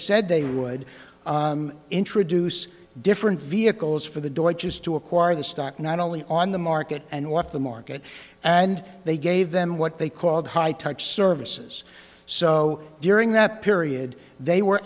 said they would introduce different vehicles for the doj is to acquire the stock not only on the market and off the market and they gave them what they called high tech services so during that period they were